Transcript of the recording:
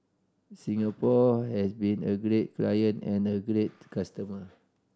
Singapore has been a great client and a great customer